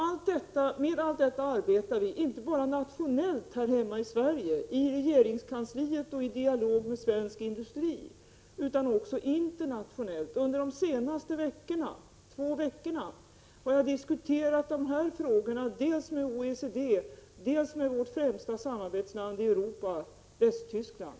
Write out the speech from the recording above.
Allt detta arbetar vi med, inte bara nationellt här hemma i Sverige, i regeringskansliet och i dialog med svensk industri, utan även internationellt. Under de senaste två veckorna har jag diskuterat dessa frågor dels med OECD, dels med vårt främsta samarbetsland i Europa, nämligen Västtyskland.